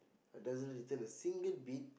like doesn't return a single bit